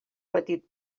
petit